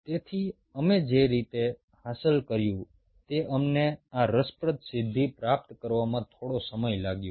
તેથી અમે જે રીતે હાંસલ કર્યું તે અમને આ રસપ્રદ સિદ્ધિ પ્રાપ્ત કરવામાં થોડો સમય લાગ્યો